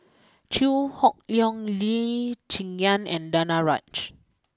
Chew Hock Leong Lee Cheng Yan and Danaraj